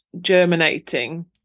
germinating